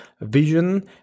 vision